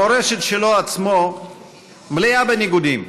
המורשת שלו עצמו מלאה בניגודים.